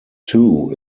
too